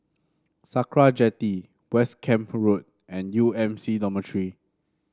Sakra Jetty West Camp Road and U M C Dormitory